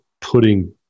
putting